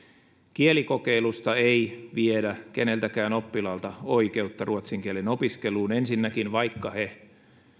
kielikokeilusta ei viedä keneltäkään oppilaalta oikeutta ruotsin kielen opiskeluun ensinnäkin vaikka he